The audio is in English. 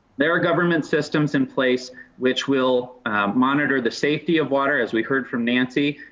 there are government systems in place which will monitor the safety of water as we heard from nancy.